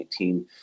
2018